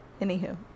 Anywho